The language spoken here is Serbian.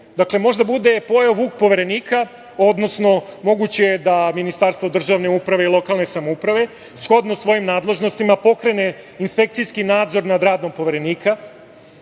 Dakle, može da bude pojeo vuk Poverenika, odnosno moguće je da Ministarstvo državne uprave i lokalne samouprave shodno svojim nadležnostima pokrene inspekcijski nadzor nad radom Poverenika.